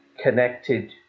connected